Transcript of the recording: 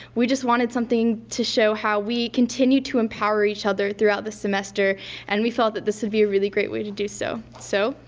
we just wanted something to show how we continue to empower each other throughout the semester and we felt that this would be a really great way to do so. so,